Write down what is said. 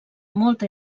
molta